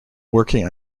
working